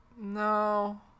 No